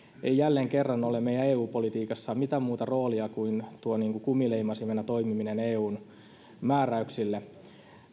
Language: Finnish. ei jälleen kerran ole meidän eu politiikassa mitään muuta roolia kuin tuo kumileimasimena toimiminen eun määräyksille